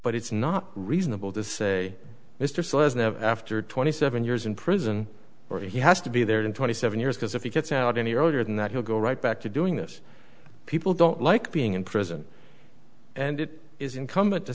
but it's not reasonable to say mr slawson have after twenty seven years in prison or he has to be there in twenty seven years because if he gets out any earlier than that he'll go right back to doing this people don't like being in prison and it is incumbent to